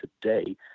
today